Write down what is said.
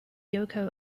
yoko